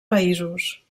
països